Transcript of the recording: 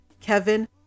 Kevin